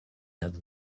nad